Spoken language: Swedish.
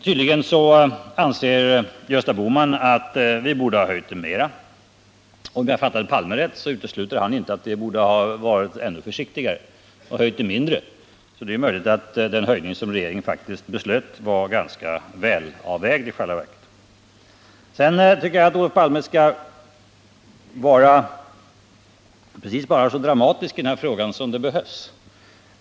Tydligen anser Gösta Bohman att vi borde ha höjt priset mera. Om jag fattade Olof Palme rätt, utesluter han inte att vi borde ha varit ännu försiktigare och höjt priset mindre. Det är då möjligt att den höjning som regeringen faktiskt beslutat i själva verket är ganska väl avvägd. Sedan tycker jag att Olof Palme bara skall vara precis så dramatisk i den här frågan som det behövs.